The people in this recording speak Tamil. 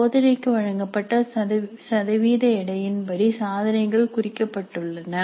சோதனைக்கு வழங்கப்பட்ட சதவீத எடையின் படி சாதனைகள் குறிக்கப்பட்டுள்ளன